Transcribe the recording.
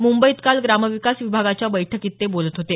मुंबईत काल ग्रामविकास विभागाच्या बैठकीत ते बोलत होते